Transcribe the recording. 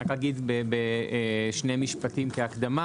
רק אגיד בשני משפטים כהקדמה,